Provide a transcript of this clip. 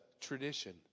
tradition